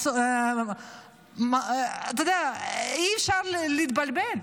אתה יודע, אי-אפשר להתבלבל.